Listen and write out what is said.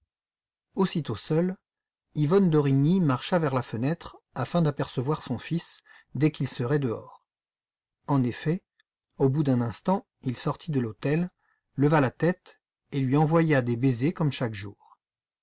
aussitôt seule yvonne d'origny marcha vers la fenêtre afin d'apercevoir son fils dès qu'il serait dehors en effet au bout d'un instant il sortit de l'hôtel leva la tête et lui envoya des baisers comme chaque jour